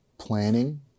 Planning